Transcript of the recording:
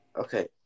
Okay